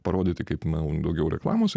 parodyti kaip mum daugiau reklamos